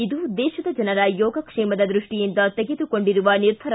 ಇದು ದೇಶದ ಜನರ ಯೋಗಕ್ಷೇಮದ ದ್ಯಷ್ಟಿಯಿಂದ ತೆಗೆದುಕೊಂಡಿರುವ ನಿರ್ಧಾರ